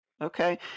Okay